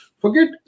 Forget